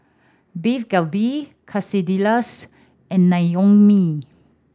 Beef Galbi Quesadillas and Naengmyeon